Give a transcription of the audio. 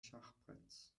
schachbretts